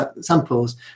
samples